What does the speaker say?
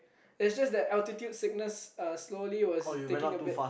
is just that altitude sickness uh slowly was taking a bit